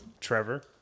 Trevor